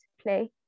play